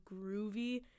groovy